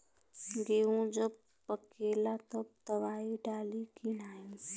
गेहूँ जब पकेला तब दवाई डाली की नाही?